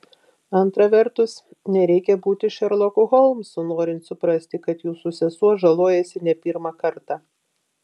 antra vertus nereikia būti šerloku holmsu norint suprasti kad jūsų sesuo žalojasi ne pirmą kartą